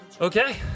Okay